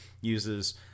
uses